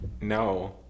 No